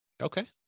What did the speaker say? Okay